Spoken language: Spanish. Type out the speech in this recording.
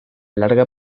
larga